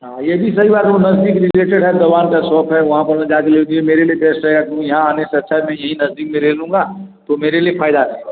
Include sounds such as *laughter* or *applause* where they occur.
हाँ ये भी सही बात वो *unintelligible* रिलेटेड है दवा का शोप है वहाँ पर मैं जा कर लेगी मेरी रिक्वेस्ट है तुम यहाँ आने से अच्छा है मैं यहीं नज़दीक में ले लूँगा तो मेरे लिए फ़ायदा है